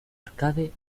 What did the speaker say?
arcade